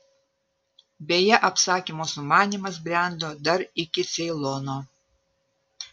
beje apsakymo sumanymas brendo dar iki ceilono